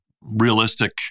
realistic